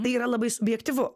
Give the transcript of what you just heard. tai yra labai subjektyvu